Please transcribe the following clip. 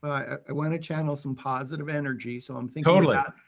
i want to channel some positive energy, so i'm thinking yeah